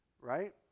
right